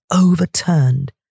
overturned